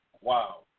Wow